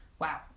wow